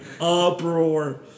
uproar